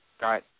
got